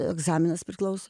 egzaminas priklauso